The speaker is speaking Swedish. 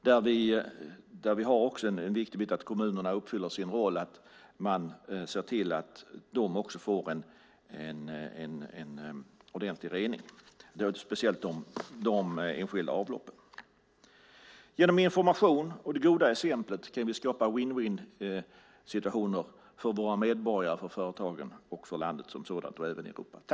Där är det viktigt att kommunerna uppfyller sin roll och ser till att också de enskilda får en ordentlig rening. Genom information och det goda exemplet kan vi skapa win-win-situationer för våra medborgare, företagen, landet som sådant och även Europa.